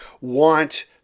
want